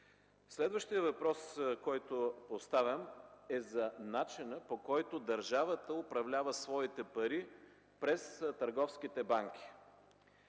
Следващият въпрос, който поставям, е за начина, по който държавата управлява своите пари през търговските банки,